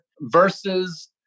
versus